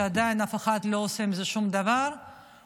שעדיין אף אחד לא עושה עם זה שום דבר או